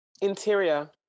Interior